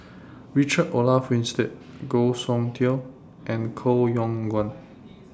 Richard Olaf Winstedt Goh Soon Tioe and Koh Yong Guan